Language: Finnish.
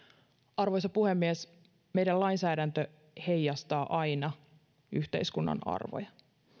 arvoisa puhemies meidän lainsäädäntö heijastaa aina yhteiskunnan arvoja